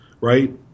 right